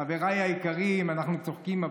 חבריי היקרים אנחנו צוחקים,